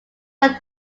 will